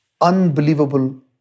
unbelievable